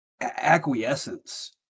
acquiescence